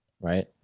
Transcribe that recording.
right